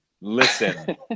listen